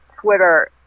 Twitter